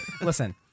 Listen